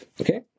Okay